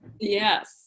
Yes